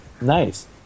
Nice